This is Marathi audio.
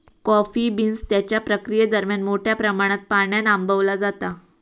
कॉफी बीन्स त्यांच्या प्रक्रियेदरम्यान मोठ्या प्रमाणात पाण्यान आंबवला जाता